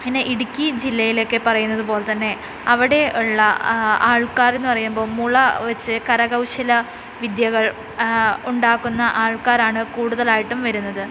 പിന്നെ ഇടുക്കി ജില്ലയിലൊക്കെ പറയുന്നതുപോലതന്നെ അവിടെ ഉള്ള ആൾക്കാർ എന്നു പറയുമ്പോൾ മുള വച്ച് കരകൗശല വിദ്യകൾ ഉണ്ടാക്കുന്ന ആൾക്കാരാണ് കൂടുതലായിട്ടും വരുന്നത്